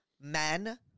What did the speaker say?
men